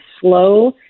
slow